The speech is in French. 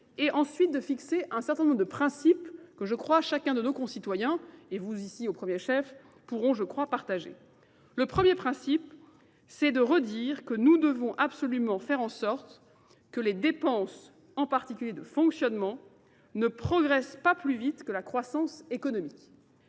et ensuite de fixer un certain nombre de principes que je crois chacun de nos concitoyens, et vous ici au premier chef, pourront partager. Le premier principe, c'est de redire que nous devons absolument faire en sorte que les dépenses, en particulier de fonctionnement, ne progressent pas plus vite que la croissance économique.